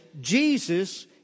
Jesus